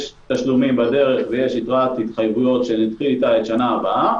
יש תשלומים בדרך ויש יתרת התחייבויות לשנה הבאה.